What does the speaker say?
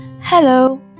Hello